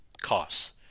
costs